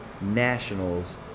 nationals